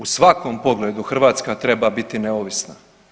U svakom pogledu Hrvatska treba biti neovisna.